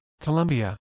Colombia